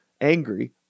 angry